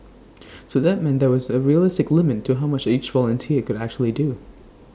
so that meant there was A realistic limit to how much each volunteer could actually do